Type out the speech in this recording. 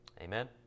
Amen